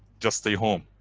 just stay home.